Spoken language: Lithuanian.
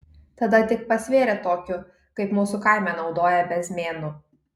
tada tik pasvėrė tokiu kaip mūsų kaime naudoja bezmėnu